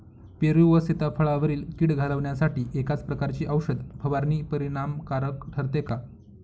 पेरू व सीताफळावरील कीड घालवण्यासाठी एकाच प्रकारची औषध फवारणी परिणामकारक ठरते का?